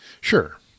Sure